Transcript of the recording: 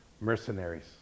mercenaries